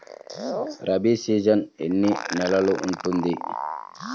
Rabi season ఎన్ని నెలలు ఉంటుంది?